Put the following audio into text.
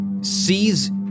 sees